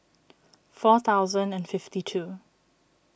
four thousand and fifty two